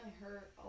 hurt